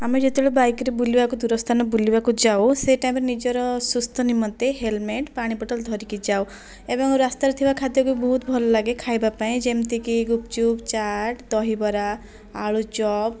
ଆମେ ଯେତେବେଳେ ବାଇକ୍ରେ ବୁଲିବାକୁ ଦୂର ସ୍ଥାନ ବୁଲିବାକୁ ଯାଉ ସେ ଟାଇମ୍ରେ ନିଜର ସୁସ୍ଥ ନିମନ୍ତେ ହେଲମେଟ୍ ପାଣି ବୋତଲ ଧରିକି ଯାଉ ଏବଂ ରାସ୍ତାରେ ଥିବା ଖାଦ୍ୟ ବି ବହୁତ ଭଲ ଲାଗେ ଖାଇବା ପାଇଁ ଯେମତିକି ଗୁପଚୁପ ଚାଟ୍ ଦହିବରା ଆଳୁଚପ